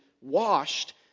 washed